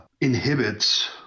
inhibits